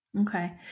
Okay